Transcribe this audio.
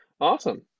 awesome